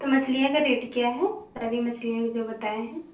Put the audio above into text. तो मछलियों का रेट क्या है सारी मछलियों का जो बताया है